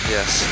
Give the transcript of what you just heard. Yes